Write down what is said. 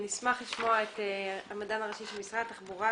נשמח לשמוע את המדען הראשי של משרד התחבורה,